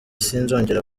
sinzongera